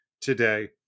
today